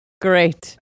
Great